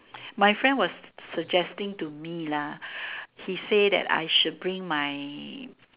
my friend was suggesting to me lah he say that I should bring my